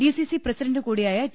DCC president കൂടിയായ T